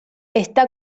está